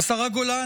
השרה גולן,